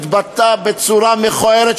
התבטא בצורה מכוערת,